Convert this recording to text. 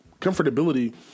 comfortability